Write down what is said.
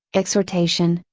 exhortation,